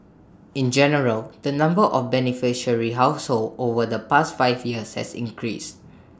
in general the number of beneficiary households over the past five years has increased